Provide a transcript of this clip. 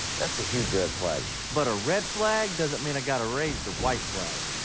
that's a huge red flag. but a red flag doesn't mean i got to raise the white flag.